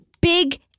big